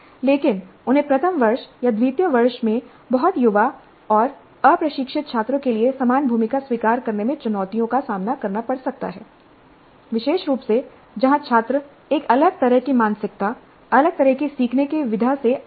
लेकिन उन्हें प्रथम वर्ष या द्वितीय वर्ष में बहुत युवा और अप्रशिक्षित छात्रों के लिए समान भूमिका स्वीकार करने में चुनौतियों का सामना करना पड़ सकता है विशेष रूप से जहां छात्र एक अलग तरह की मानसिकता अलग तरह की सीखने की विधा से आते हैं